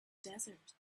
desert